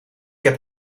heb